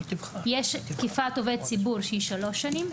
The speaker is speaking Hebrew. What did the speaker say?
יש תקיפת עובד ציבור שהיא שלוש שנים,